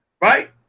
right